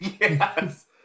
Yes